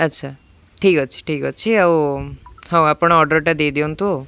ଆଚ୍ଛା ଠିକ୍ ଅଛି ଠିକ୍ ଅଛି ଆଉ ହଉ ଆପଣ ଅର୍ଡ଼ର୍ଟା ଦେଇଦିଅନ୍ତୁ ଆଉ